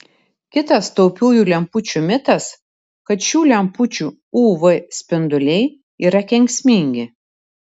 kitas taupiųjų lempučių mitas kad šių lempučių uv spinduliai yra kenksmingi